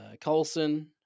Colson